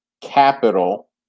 capital